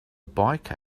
biker